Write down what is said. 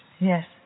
Yes